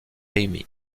amy